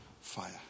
fire